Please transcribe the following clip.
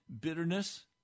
Bitterness